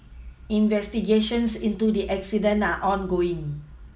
investigations into the incident are ongoing